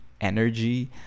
energy